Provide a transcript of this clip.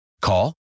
Call